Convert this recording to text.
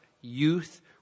youth